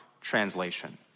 translation